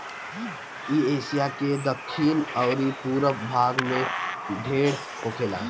इ एशिया के दखिन अउरी पूरब भाग में ढेर होखेला